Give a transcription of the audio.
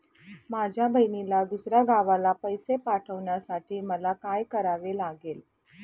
माझ्या बहिणीला दुसऱ्या गावाला पैसे पाठवण्यासाठी मला काय करावे लागेल?